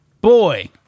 Boy